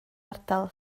ardal